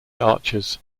archers